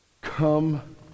come